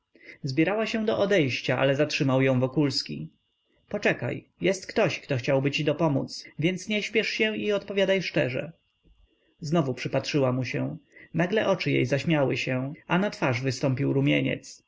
zabierała się do odejścia ale zatrzymał ją wokulski poczekaj jest ktoś który chciałby ci dopomódz więc nie spiesz się i odpowiadaj szczerze znowu przypatrzyła mu się nagle oczy jej zaśmiały się a na twarz wystąpił rumieniec